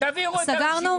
סגרנו?